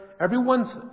everyone's